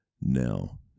Now